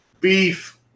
Beef